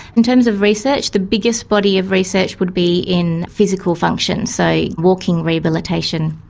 in terms of research, the biggest body of research would be in physical function, so walking rehabilitation.